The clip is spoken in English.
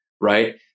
Right